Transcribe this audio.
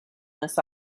this